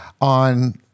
On